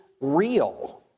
real